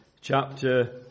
chapter